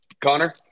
Connor